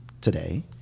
today